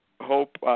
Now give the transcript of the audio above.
hope –